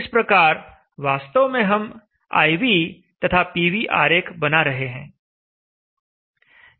इस प्रकार वास्तव में हम I V तथा P V आरेख बना रहे हैं